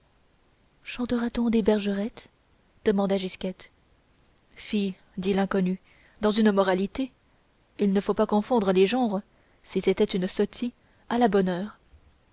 chantera t on des bergerettes demanda gisquette fi dit l'inconnu dans une moralité il ne faut pas confondre les genres si c'était une sotie à la bonne heure